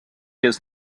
does